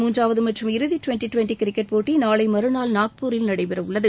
முன்றாவது மற்றும் இறுதி twenty twenty cricket போட்டி நாளை மற்றாள் நாக்பூரில் நடைபெறவுள்ளது